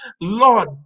Lord